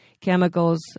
chemicals